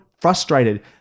frustrated